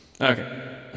Okay